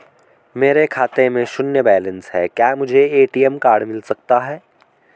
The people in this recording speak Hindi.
मेरे खाते में शून्य बैलेंस है क्या मुझे ए.टी.एम कार्ड मिल सकता है?